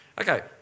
Okay